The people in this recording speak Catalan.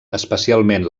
especialment